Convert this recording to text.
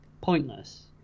pointless